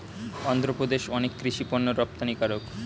অন্ধ্রপ্রদেশ অনেক কৃষি পণ্যের রপ্তানিকারক